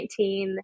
2019